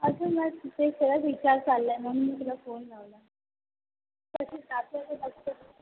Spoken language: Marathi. अच्छा मॅडम तिथे सगळ्याच विचार चालला आहे म्हणून मी तुला फोन लावला तसं टाकलं